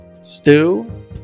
stew